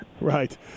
Right